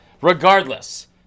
Regardless